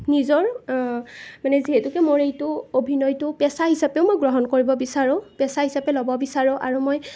নিজৰ মানে যিহেতুকে মোৰ এইটো অভিনয়টো পেচা হিচাপেও মই গ্ৰহণ কৰিব বিচাৰোঁ পেচা হিচাপে ল'ব বিচাৰোঁ আৰু মই